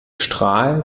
strahl